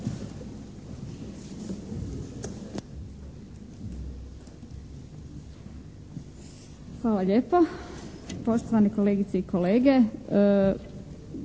Hvala lijepa. Poštovani kolegice i kolege.